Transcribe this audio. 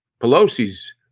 Pelosi's